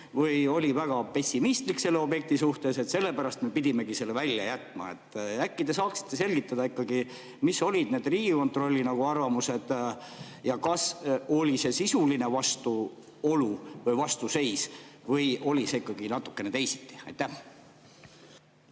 või oli väga pessimistlik selle objekti suhtes, sellepärast nad pididki selle välja jätma. Äkki te saaksite selgitada, mis olid need Riigikontrolli arvamused? Kas see oli sisuline vastuolu või vastuseis, või oli see ikkagi natukene teisiti? Aitäh